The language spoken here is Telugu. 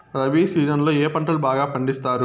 రబి సీజన్ లో ఏ పంటలు బాగా పండిస్తారు